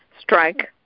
strike